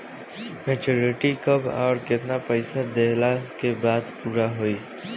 Maturity कब आउर केतना पईसा देहला के बाद पूरा होई?